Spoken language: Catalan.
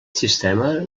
sistema